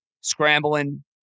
scrambling